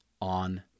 on